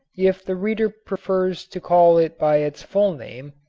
if the reader prefers to call it by its full name,